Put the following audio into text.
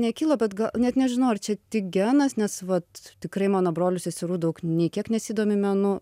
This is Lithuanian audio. nekilo bet ga net nežinau ar čia tik genas nes vat tikrai mano brolių seserų daug nė kiek nesidomi menu